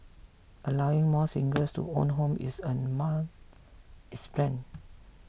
allowing more singles to own homes is also among its plan